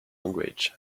language